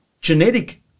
genetic